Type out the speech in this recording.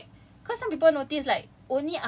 they don't they don't dia tak relay apa-apa